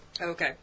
okay